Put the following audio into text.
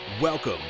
Welcome